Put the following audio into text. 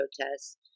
protests